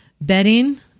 bedding